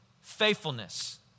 faithfulness